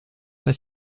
pas